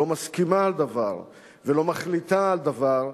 לא מסכימה על דבר ולא מחליטה על דבר,